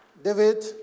David